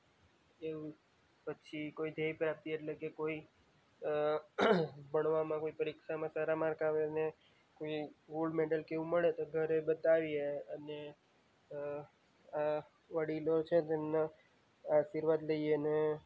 એવું પછી કોઈ ધ્યેયપ્રાપ્તિ એટલે કે કોઈ ભણવામાં કોઈ પરીક્ષામાં સારા માર્ક આવે ને કોઈ ગોલ્ડ મેડલ કે એવું મળે તો ઘરે બતાવીએ અને વડીલો છે તેમના આશીર્વાદ લઈએ ને